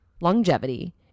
longevity